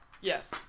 Yes